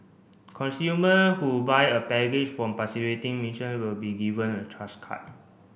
consumer who buy a package from participating merchant will be given a Trust card